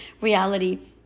reality